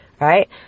Right